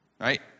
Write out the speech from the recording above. Right